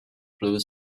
blue